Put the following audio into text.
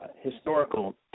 historical